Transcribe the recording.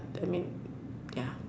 I mean ya